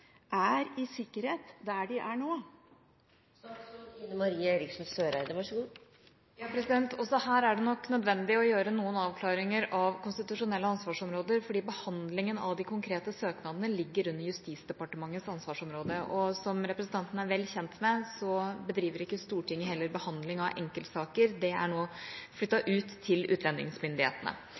er i sikkerhet der de er nå? Også her er det nok nødvendig å gjøre noen avklaringer av konstitusjonelle ansvarsområder, fordi behandlingen av de konkrete søknadene ligger under justisdepartementets ansvarsområde, og som representanten er vel kjent med, bedriver heller ikke Stortinget behandling av enkeltsaker, den er nå flyttet ut til